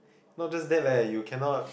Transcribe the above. not just that leh you can not